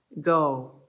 go